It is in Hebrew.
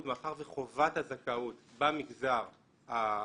מאחר וחובת הזכאות במגזר הממלכתי-דתי,